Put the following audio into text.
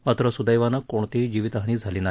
मात्र सुदैवानं कोणतीही जिवीतहानी झाली नाही